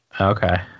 Okay